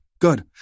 Good